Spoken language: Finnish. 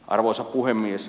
arvoisa puhemies